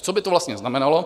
Co by to vlastně znamenalo?